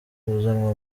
kuzanwa